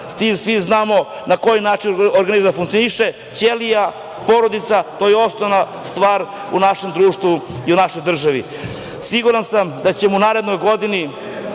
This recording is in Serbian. Svi znamo na koji način organizam funkcioniše, ćelija, porodica, to je osnovna stvar u našem društvu i u našoj državi. Siguran sam da ćemo u narednoj godini